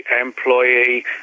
employee